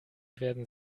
werden